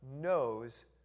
knows